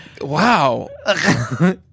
Wow